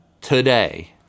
today